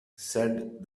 said